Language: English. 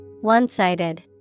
One-sided